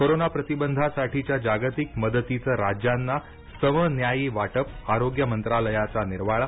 corona प्रतिबंधासाठीच्या जागतिक मदतीचं राज्यांना समन्यायी वाटप आरोग्य मंत्रालयाचा निर्वाळा